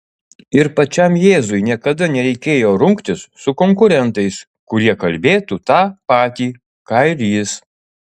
ir pačiam jėzui niekada nereikėjo rungtis su konkurentais kurie kalbėtų tą patį ką ir jis